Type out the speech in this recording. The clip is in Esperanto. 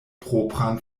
propran